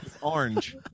Orange